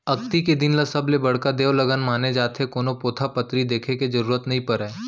अक्ती के दिन ल सबले बड़का देवलगन माने जाथे, कोनो पोथा पतरी देखे के जरूरत नइ परय